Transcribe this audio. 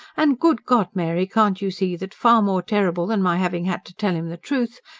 and, good god, mary, can't you see that, far more terrible than my having had to tell him the truth,